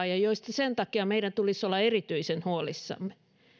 ja joista sen takia meidän tulisi olla erityisen huolissamme